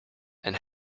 and